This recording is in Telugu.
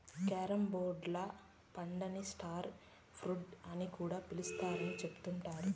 క్యారంబోలా పండుని స్టార్ ఫ్రూట్ అని కూడా పిలుత్తారని చెబుతున్నారు